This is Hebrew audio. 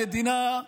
למדינה,